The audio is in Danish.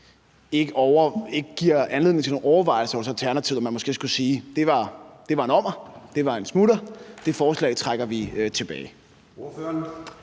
ikke giver anledning til nogle overvejelser hos Alternativet om, at man måske skulle sige, at det var en ommer, det var en smutter, så det forslag trækker vi tilbage.